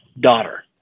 daughter